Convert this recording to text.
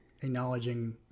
acknowledging